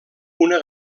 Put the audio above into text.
una